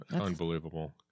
unbelievable